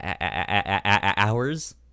hours